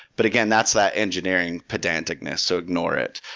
but again, that's that engineering pedanticness. so ignore it.